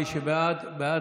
מי שבעד, בעד